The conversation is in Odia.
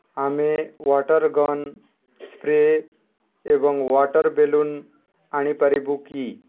ଆମେ ୱାଟର୍ ଗନ୍ ସ୍ପ୍ରେ ଏବଂ ୱାଟର୍ ବେଲୁନ୍ ଆଣିପାରିବୁ କି